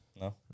no